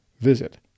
visit